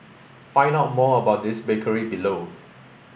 find out more about this bakery below